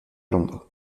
londres